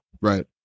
right